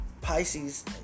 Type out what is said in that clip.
Pisces